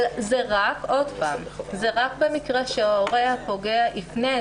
זה רק במקרה שההורה הפוגע יפנה.